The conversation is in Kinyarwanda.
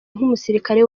nk’umusirikare